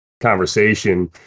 conversation